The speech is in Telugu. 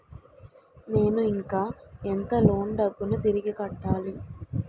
నేను ఇంకా ఎంత లోన్ డబ్బును తిరిగి కట్టాలి?